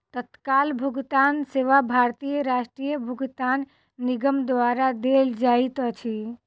तत्काल भुगतान सेवा भारतीय राष्ट्रीय भुगतान निगम द्वारा देल जाइत अछि